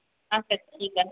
আচ্ছা ঠিক আছে